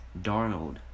Darnold